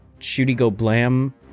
shooty-go-blam